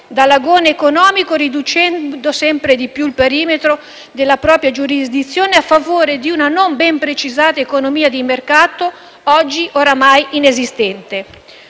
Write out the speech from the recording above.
dall'agone economico, riducendo sempre più il perimetro della propria giurisdizione, a favore di una non ben precisata economia di mercato oggi ormai inesistente.